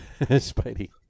Spidey